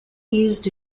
used